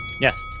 Yes